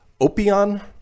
Opion